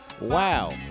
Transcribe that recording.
Wow